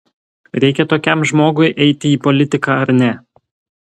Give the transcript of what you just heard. reikia tokiam žmogui eiti į politiką ar ne